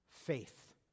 faith